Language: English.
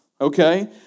Okay